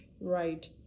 right